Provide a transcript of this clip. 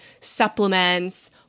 supplements